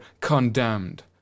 condemned